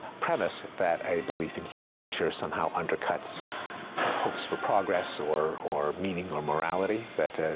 premise that a belief in human nature somehow undercuts hopes for progress or or meaning or morality, that,